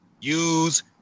use